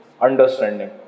understanding